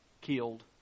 killed